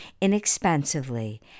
inexpensively